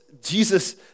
Jesus